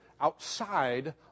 outside